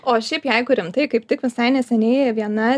o šiaip jeigu rimtai kaip tik visai neseniai viena